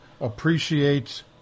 appreciates